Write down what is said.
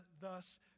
thus